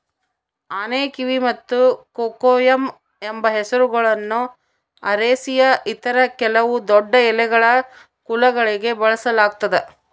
ಆನೆಕಿವಿ ಮತ್ತು ಕೊಕೊಯಮ್ ಎಂಬ ಹೆಸರುಗಳನ್ನು ಅರೇಸಿಯ ಇತರ ಕೆಲವು ದೊಡ್ಡಎಲೆಗಳ ಕುಲಗಳಿಗೆ ಬಳಸಲಾಗ್ತದ